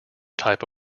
type